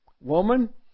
Woman